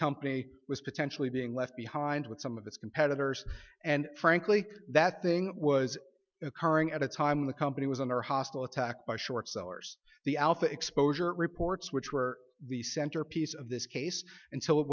company was potentially being left behind with some of its competitors and frankly that thing was occurring at a time when the company was under hostile attack by short sellers the alpha exposure reports which were the centerpiece of this case